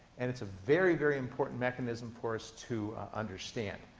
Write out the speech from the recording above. and it's a very, very important mechanism for us to understand.